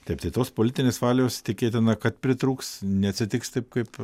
taip tai tos politinės valios tikėtina kad pritrūks neatsitiks taip kaip